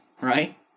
right